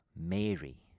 Mary